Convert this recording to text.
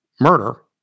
murder